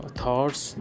thoughts